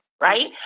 Right